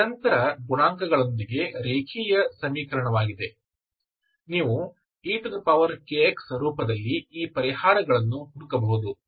ಇದು ನಿರಂತರ ಗುಣಾಂಕಗಳೊಂದಿಗೆ ರೇಖೀಯ ಸಮೀಕರಣವಾಗಿದೆ ನೀವು ekxರೂಪದಲ್ಲಿ ಈ ಪರಿಹಾರಗಳನ್ನು ಹುಡುಕಬಹುದು